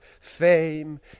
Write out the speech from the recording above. fame